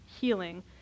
healing